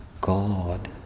God